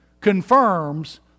confirms